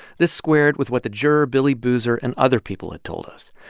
this squared with what the juror billy boozer and other people had told us,